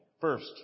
First